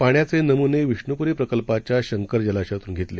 पाण्याचे नमुने विष्णूप्री प्रकल्पाच्या शंकर जलाशयातून घेतले